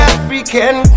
African